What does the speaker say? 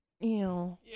ew